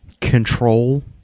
control